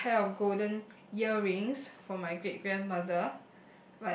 a pair of golden earrings from my great grandmother